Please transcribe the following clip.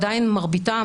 עדיין מרביתם,